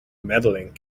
medaling